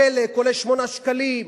דלק עולה 8 שקלים,